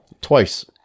Twice